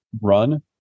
run